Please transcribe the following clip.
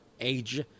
age